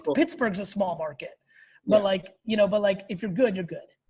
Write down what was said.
pittsburgh is a small market but like, you know, but like if you're good, you're good.